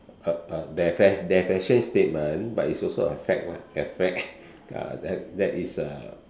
a a their fasbion their fashion statement but is also a fad lah a fad uh that is uh